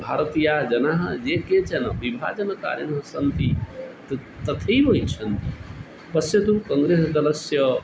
भारतीयाः जनाः ये केचन विभाजनकारिणः सन्ति तत् तथैव इच्छन्ति पश्यतु काङ्ग्रेस् दलस्य